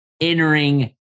entering